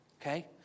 okay